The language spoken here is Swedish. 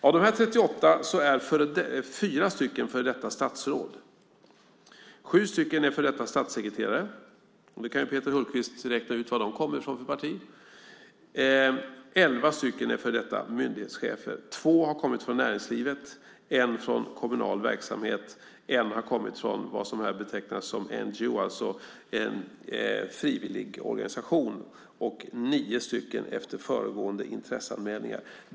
Av dessa 38 är 4 före detta statsråd, 7 är före detta statssekreterare - Peter Hultqvist kan räkna ut vilket parti som de kommer från - 11 är före detta myndighetschefer, 2 har kommit från näringslivet, 1 har kommit från kommunal verksamhet, 1 har kommit från vad som här betecknas som NGO, alltså en frivilligorganisation, och 9 har kommit efter föregående intresseanmälningar.